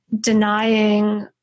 denying